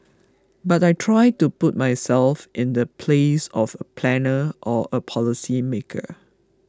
but I try to put myself in the place of a planner or a policy maker